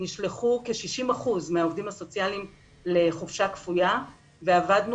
נשלחו כ-60 אחוזים לחופשה כפויה ועבדנו